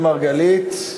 חבר הכנסת אראל מרגלית,